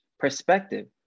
perspective